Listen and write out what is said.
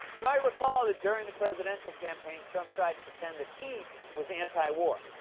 you might recall that during the presidential campaign, trump tried to pretend that he was anti-war.